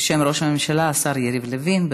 בשם ראש הממשלה, השר יריב לוין.